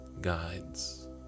guides